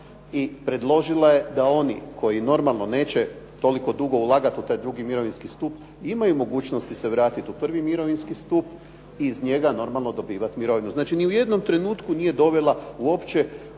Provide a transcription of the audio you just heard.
i predložila je da oni koji normalno neće toliko dugo ulagati u taj drugi mirovinski stup imaju mogućnosti se vratiti u prvi mirovinski stup i iz njega normalno dobivat mirovinu. Znači ni u jednom trenutku nije dovela uopće